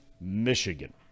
Michigan